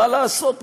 מה לעשות,